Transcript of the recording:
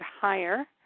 higher